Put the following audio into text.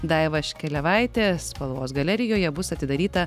daiva škelevaitė spalvos galerijoje bus atidaryta